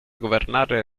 governare